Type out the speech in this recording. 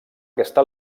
aquesta